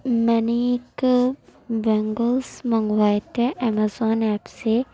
میں نے ایک بینگلس منگوائے تھے امیزون ایپ سے